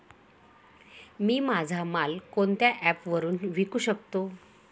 मी माझा माल कोणत्या ॲप वरुन विकू शकतो?